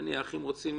נניח אם רוצים